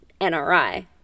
NRI